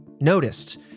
noticed